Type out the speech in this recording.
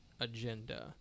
agenda